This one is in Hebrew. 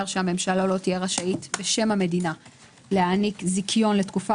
שהממשלה לא תהיה רשאית בשם המדינה להעניק זיכיון לתקופה